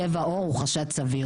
צבע עור הוא חשד סביר.